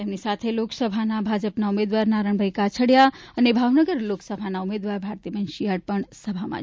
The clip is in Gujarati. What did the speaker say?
તેમની સાથે લોકસભાના ભાજપના ઉમેદવાર નારણભાઈ કાછડિયા અને ભાવનગર લોકસભાના ઉમેદવાર ભારતીબેન શિયાળ પણ આ સભામાં જોડાશે